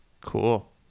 Cool